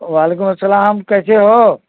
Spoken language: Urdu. وعلیکم السلام کیسے ہو